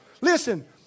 Listen